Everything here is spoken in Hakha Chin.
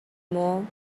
maw